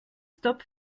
stop